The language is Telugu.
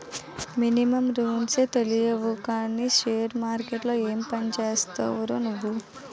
మినిమమ్ రూల్సే తెలియవు కానీ షేర్ మార్కెట్లో ఏం పనిచేస్తావురా నువ్వు?